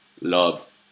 love